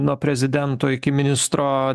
nuo prezidento iki ministro